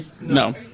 No